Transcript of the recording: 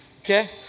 Okay